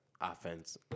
offense